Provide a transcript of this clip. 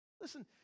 listen